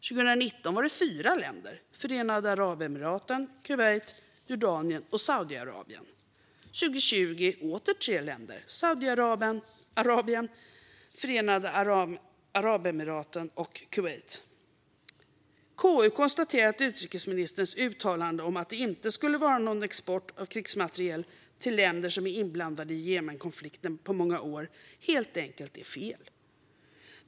År 2019 var det fyra länder: Förenade Arabemiraten, Kuwait, Jordanien och Saudiarabien. År 2020 var det åter tre länder: Saudiarabien, Förenade Arabemiraten och Kuwait. KU konstaterar att utrikesministerns uttalande om att det inte skulle ha varit någon export av krigsmateriel till länder som är inblandade i Jemenkonflikten på många år helt enkelt är fel.